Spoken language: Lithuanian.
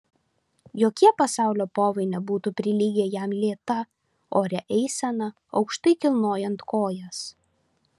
jokie pasaulio povai nebūtų prilygę jam lėta oria eisena aukštai kilnojant kojas